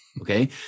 Okay